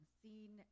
seen